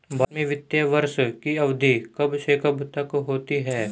भारत में वित्तीय वर्ष की अवधि कब से कब तक होती है?